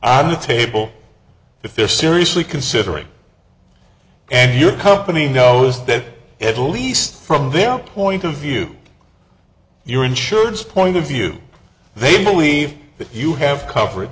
and the table if is seriously considering and your company knows that at least from their point of view your insurance point of view they believe that you have coverage